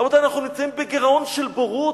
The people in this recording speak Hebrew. רבותי, אנחנו נמצאים בגירעון של בורות,